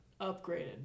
upgraded